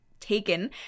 taken